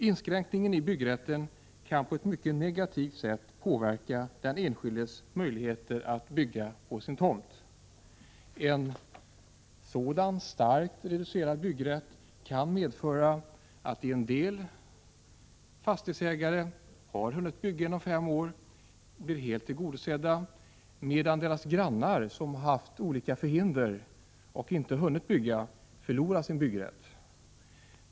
Inskränkningar i byggrätten kan på ett mycket negativt sätt påverka den enskildes möjligheter att bygga på sin tomt. En sådan starkt reducerad byggrätt kan medföra att en del fastighetsägare, som har hunnit bygga inom fem år, blir helt tillgodosedda, medan deras grannar, som haft olika förhinder och inte hunnit bygga, förlorar sin byggrätt.